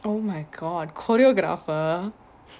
oh my god choreographer